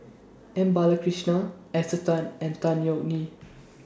M Balakrishnan Esther Tan and Tan Yeok Nee